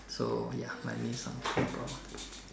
so ya my knee some some problem